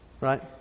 Right